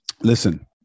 listen